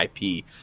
IP